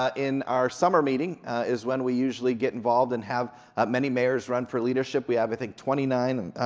ah in our summer meeting is when we usually get involved and have many mayors run for leadership. we have i think twenty nine,